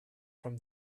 from